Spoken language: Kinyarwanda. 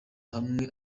hamwe